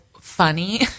funny